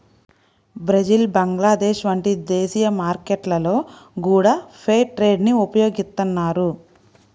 Brazil Bangladesh వంటి దేశీయ మార్కెట్లలో గూడా ఫెయిర్ ట్రేడ్ ని ఉపయోగిత్తన్నారు